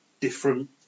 different